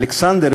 אלכסנדר פלמינג,